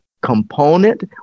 component